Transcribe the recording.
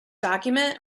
document